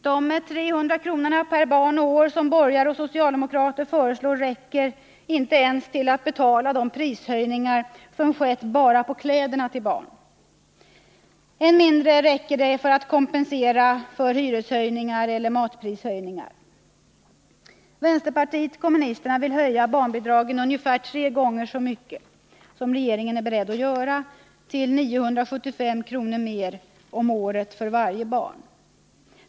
De 300 kronor per barn och år som borgare och socialdemokrater föreslår räcker inte ens till att betala de prishöjningar som har skett bara på kläder till barn. Än mindre räcker de till för att kompensera för hyreshöjningar eller matprishöjningar. Vänsterpartiet kommunisterna vill höja barnbidragen ungefär tre gånger så mycket som regeringen är beredd att göra, nämligen till 975 kr. mer om året för varje barn.